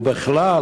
ובכלל,